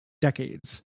decades